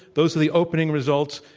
those are the opening results.